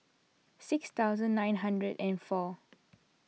six thousand nine hundred and four